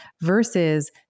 versus